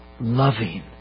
loving